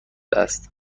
است